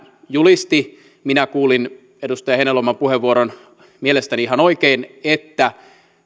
julisti minä kuulin edustaja heinäluoman puheenvuoron mielestäni ihan oikein että